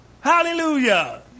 Hallelujah